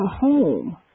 home